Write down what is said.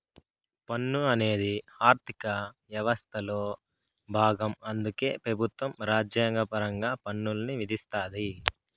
పన్ను అనేది ఆర్థిక యవస్థలో బాగం అందుకే పెబుత్వం రాజ్యాంగపరంగా పన్నుల్ని విధిస్తాది